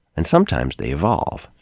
and sometimes they evolve.